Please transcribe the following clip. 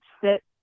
sit